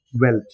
wealth